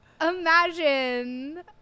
Imagine